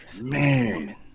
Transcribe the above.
Man